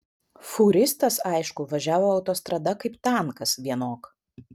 fūristas aišku važiavo autostrada kaip tankas vienok